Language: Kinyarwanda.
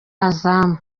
azam